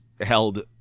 held